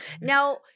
now